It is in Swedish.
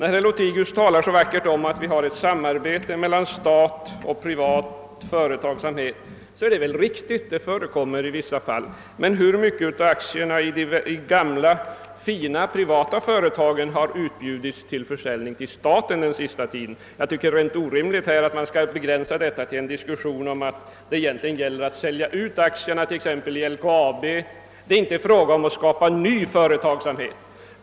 Herr Lothigius talar vackert om att vi har ett samarbete mellan statlig och privat företagsamhet, och det är väl riktigt — ett sådant samarbete förekommer i vissa fall — men hur mycket av aktierna i de gamla fina privata företagen har erbjudits till försäljning åt staten på den senaste tiden? Jag tycker det är orimligt att begränsa detta till en diskussion om att sälja ut aktierna t.ex. i LKAB — det skapar inte någon ny företagsamhet.